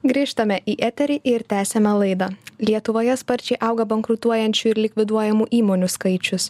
grįžtame į eterį ir tęsiame laidą lietuvoje sparčiai auga bankrutuojančių ir likviduojamų įmonių skaičius